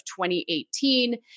2018